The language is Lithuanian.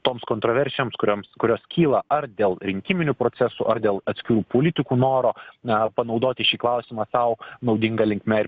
toms kontroversijoms kurioms kurios kyla ar dėl rinkiminių procesų ar dėl atskirų politikų noro na panaudoti šį klausimą sau naudinga linkme ir